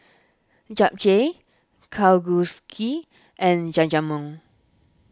Japchae Kalguksu and Jajangmyeon